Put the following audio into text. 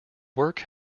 work